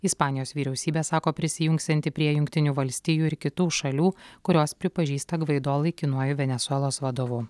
ispanijos vyriausybė sako prisijungsianti prie jungtinių valstijų ir kitų šalių kurios pripažįsta gvaido laikinuoju venesuelos vadovu